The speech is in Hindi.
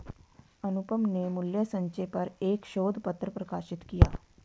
अनुपम ने मूल्य संचय पर एक शोध पत्र प्रकाशित किया